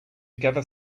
gather